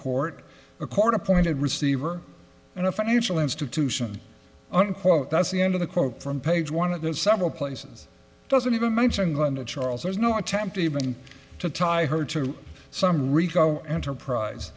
court a court appointed receiver and a financial institution unquote that's the end of the quote from page one of the several places doesn't even mention going to charles there's no attempt even to tie her to some rico enterprise